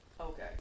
Okay